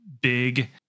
big